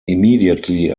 immediately